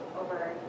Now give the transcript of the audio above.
over